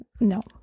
No